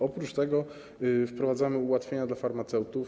Oprócz tego wprowadzamy ułatwienia dla farmaceutów.